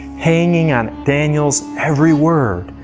hanging on daniel's every word.